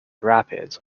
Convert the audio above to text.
rapids